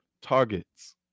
targets